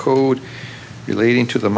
code relating to the